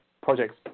projects